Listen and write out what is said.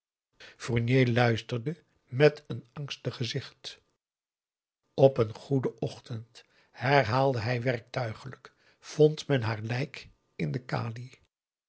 fournier luisterde met een angstig gezicht op een goeden ochtend herhaalde hij werktuiglijk vond men haar lijk in de